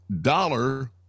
dollar